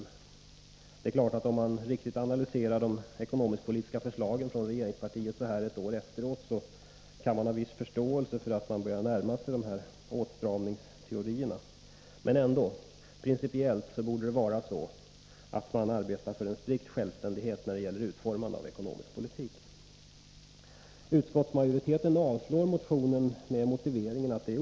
Nr 30 Det är klart att om regeringspartiets ekonomisk-politiska förslag riktigt Onsdagen den analyseras, så här ett år efteråt, kan man ha en viss förståelse för att 23 november 1983 regeringen börjar närma sig de här åtstramningsteorierna. Men principiellt borde det vara så att man arbetar för en strikt självständighet när det gäller utformande av ekonomisk politik.